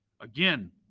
Again